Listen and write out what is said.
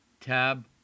tab